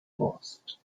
forst